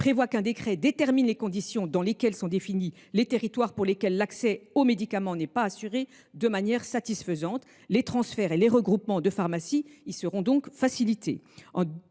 prévoit qu’un décret détermine les conditions dans lesquelles sont définis les territoires pour lesquels l’accès aux médicaments n’est pas assuré de manière satisfaisante. Les transferts et les regroupements de pharmacie y seront donc facilités.